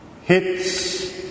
hits